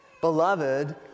Beloved